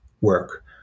work